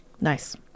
Nice